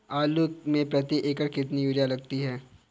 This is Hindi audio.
आलू में प्रति एकण कितनी यूरिया लगती है?